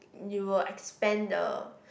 you will expand the